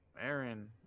Aaron